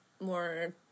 more